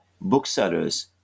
booksellers